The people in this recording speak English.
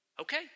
okay